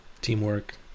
teamwork